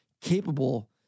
capable